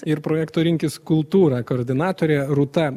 ir projekto rinkis kultūrą koordinatorė rūta